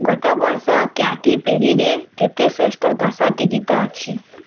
ଗତ ବର୍ଷ କ୍ୟାଟି ପେରିରେ କେତେ ଶ୍ରେଷ୍ଠ ଦଶଟି ଗୀତ ଅଛି